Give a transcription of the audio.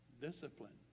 discipline